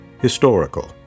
historical